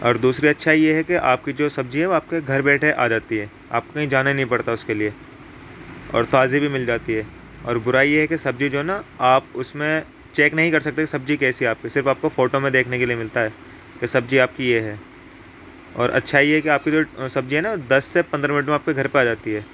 اور دوسری اچھائی یہ ہے کہ آپ کی جو سبزی ہے وہ آپ کے گھر بیٹھے آ جاتی ہے آپ کو کہیں جانا نہیں پڑتا اس کے لیے اور تازی بھی مل جاتی ہے اور برائی یہ ہے کہ سبزی جو ہے نا آپ اس میں چیک نہیں کر سکتے کہ سبزی کیسی ہے آپ کی صرف آپ کو فوٹو میں دیکھنے کے لیے ملتا ہے کہ سبزی آپ کی یہ ہے اور اچھائی یہ ہے کہ آپ کی جو سبزی ہے نا دس سے پندرہ منٹ میں آپ کے گھر پہ آ جاتی ہے